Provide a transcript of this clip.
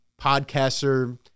podcaster